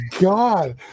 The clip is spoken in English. god